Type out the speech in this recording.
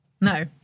no